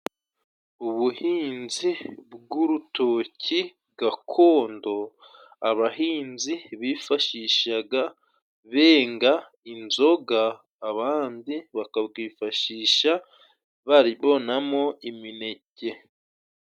Ubuhinzi bw'urutoki gakondo, abahinzi bifashishaga benga inzoga abandi bakabwifashisha baribonamo imineke.